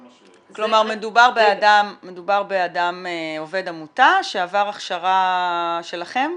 כלומר, מדובר בעובד עמותה שעבר הכשרה שלכם?